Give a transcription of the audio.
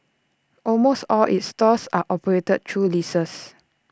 almost all its stores are operated through leases